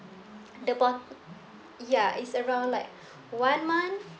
the bot~ ya it's around like one month